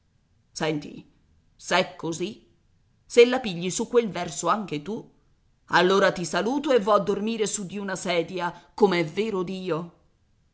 capo senti s'è così se la pigli su quel verso anche tu allora ti saluto e vo a dormire su di una sedia com'è vero dio